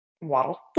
waddle